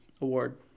award